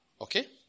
Okay